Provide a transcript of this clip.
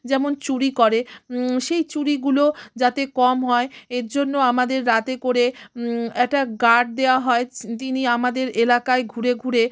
যেমন চুরি করে সেই চুরিগুলো যাতে কম হয় এর জন্য আমাদের রাতে করে একটা গার্ড দেওয়া হয় তিনি আমাদের এলাকায় ঘুরে ঘুরে